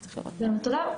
תודה.